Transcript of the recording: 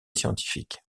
scientifique